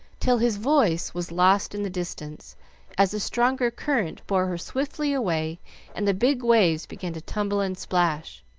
till his voice was lost in the distance as a stronger current bore her swiftly away and the big waves began to tumble and splash.